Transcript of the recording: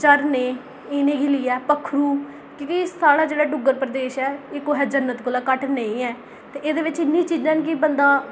झरनें इ'नें गी लेइयै पक्खरू की जे साढ़ा जेह्ड़ा डुग्गर प्रदेश ऐ एह् कुसै जन्नत कोला घट्ट नेईं ऐ ते एह्दे बिच इन्नियां चीजां न कि बंदा